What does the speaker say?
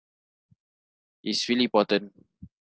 is really important